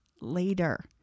later